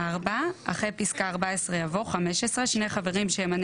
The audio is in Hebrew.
אחרי פסקה (14) יבוא: "(15) שני חברים שימנה